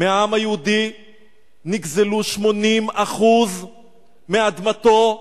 מהעם היהודי נגזלו 80% מאדמותיו,